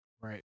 Right